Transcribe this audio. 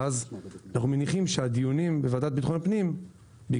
אנחנו מניחים שהדיונים בוועדת ביטחון הפנים ייקחו זמן,